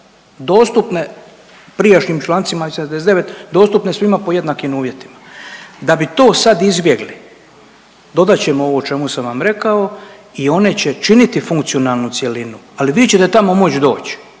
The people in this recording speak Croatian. dostupne prijašnjim člancima i 79. dostupne svima po jednakim uvjetima. Da bi to sad izbjegli dodat ćemo ovo o čemu sam vam rekao i one će činiti funkcionalnu cjelinu, ali vi ćete tamo moć doć,